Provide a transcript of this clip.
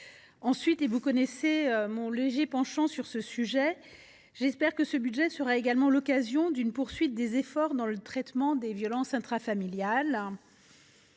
Ensuite – vous connaissez mon penchant pour le sujet –, j’espère que ce budget sera également l’occasion d’une poursuite des efforts dans le traitement des violences intrafamiliales